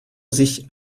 sich